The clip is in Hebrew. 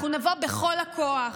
אנחנו נבוא בכל הכוח,